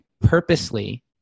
purposely